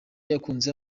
yakunze